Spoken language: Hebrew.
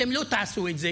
אתם לא תעשו את זה,